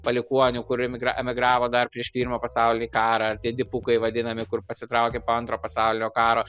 palikuonių kurie emigra emigravo dar prieš pirmą pasaulinį karą ar tie dipukai vadinami kur pasitraukė po antro pasaulinio karo